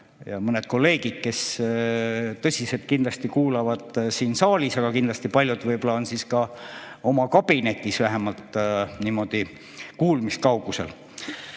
ja mõned kolleegid, kes tõsiselt kindlasti kuulavad siin saalis! Aga paljud võib-olla on oma kabinetis, vähemalt niimoodi kuulmiskaugusel.